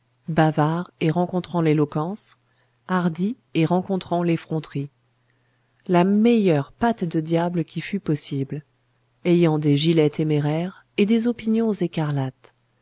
bavard et rencontrant l'éloquence hardi et rencontrant l'effronterie la meilleure pâte de diable qui fût possible ayant des gilets téméraires et des opinions écarlates